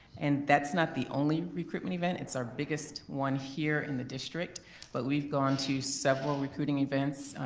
and that's not the only recruitment event. it's our biggest one here in the district but we've gone to several recruiting events,